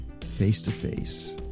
face-to-face